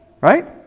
Right